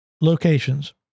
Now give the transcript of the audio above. locations